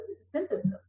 synthesis